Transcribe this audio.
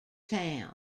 town